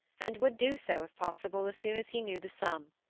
and would do so, if possible, as soon as he knew the sum.